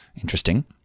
Interesting